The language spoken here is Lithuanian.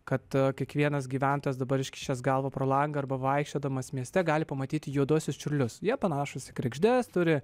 kad kiekvienas gyventojas dabar iškišęs galvą pro langą arba vaikščiodamas mieste gali pamatyti juoduosius čiurlius jie panašūs į kregždes turi